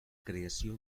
creació